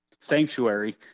sanctuary